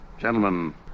Gentlemen